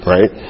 Right